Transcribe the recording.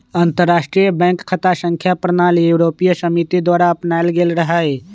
अंतरराष्ट्रीय बैंक खता संख्या प्रणाली यूरोपीय समिति द्वारा अपनायल गेल रहै